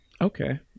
Okay